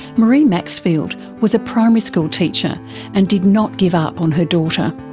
maree maxfield was a primary school teacher and did not give up on her daughter.